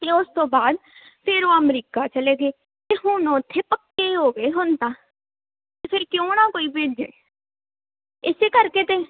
ਅਤੇ ਉਸ ਤੋਂ ਬਾਅਦ ਫਿਰ ਉਹ ਅਮਰੀਕਾ ਚਲੇ ਗਏ ਅਤੇ ਹੁਣ ਉੱਥੇ ਪੱਕੇ ਹੋ ਗਏ ਹੁਣ ਤਾਂ ਅਤੇ ਫਿਰ ਕਿਉਂ ਨਾ ਕੋਈ ਭੇਜੇ ਇਸੇ ਕਰਕੇ ਤਾਂ